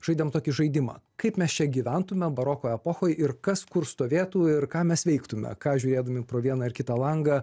žaidėm tokį žaidimą kaip mes čia gyventume baroko epochoj ir kas kur stovėtų ir ką mes veiktume ką žiūrėdami pro vieną ar kitą langą